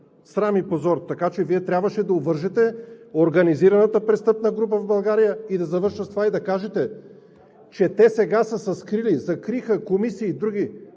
Срам и позор! Така че Вие трябваше да уважите организираната престъпна група в България и да кажете, че те сега са се скрили – закриха комисии, други.